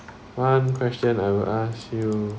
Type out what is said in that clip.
one question I will ask you